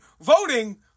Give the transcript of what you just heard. voting